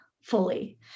fully